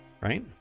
right